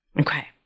Okay